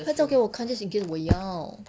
拍照给我看 just in case 我要